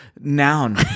noun